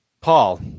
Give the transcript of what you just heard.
Paul